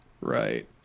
Right